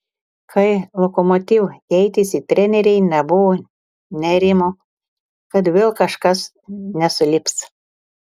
kai lokomotiv keitėsi treneriai nebuvo nerimo kad vėl kažkas nesulips